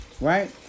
right